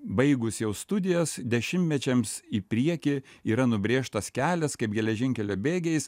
baigus jau studijas dešimtmečiams į priekį yra nubrėžtas kelias kaip geležinkelio bėgiais